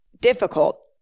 difficult